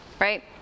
right